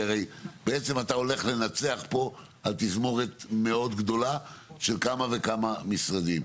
כי הרי בעצם אתה הולך לנצח פה על תזמורת מאוד גדולה של כמה וכמה משרדים,